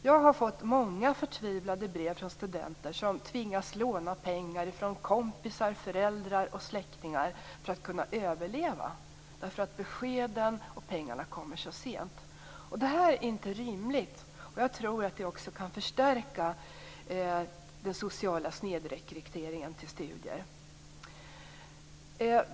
Jag har fått många förtvivlade brev från studenter som tvingas låna pengar från kompisar, föräldrar och släktingar för att kunna överleva, därför att beskeden och pengarna kommer så sent. Detta är inte rimligt, och jag tror att det kan förstärka den sociala snedrekryteringen till studier.